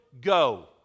go